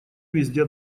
везде